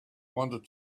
wanted